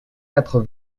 quatre